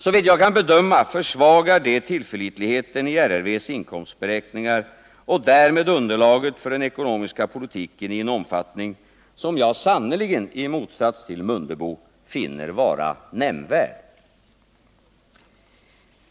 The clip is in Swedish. Såvitt jag kan bedöma försvagar detta tillförlitligheten i RRV:s inkomstberäkningar och därmed underlaget för den ekonomiska politiken i en omfattning som jag sannerligen, i motsats till Ingemar Mundebo, finner vara nämnvärd.